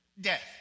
death